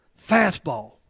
fastball